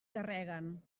carreguen